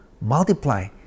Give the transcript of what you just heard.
multiply